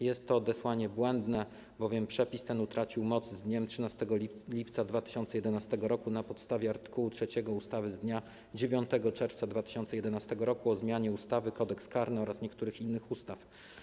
Jest to odesłanie błędne, bowiem przepis ten utracił moc z dniem 13 lipca 2011 r. na podstawie art. 3 ustawy z dnia 9 czerwca 2011 r. o zmianie ustawy - Kodeks karny oraz niektórych innych ustaw.